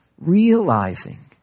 realizing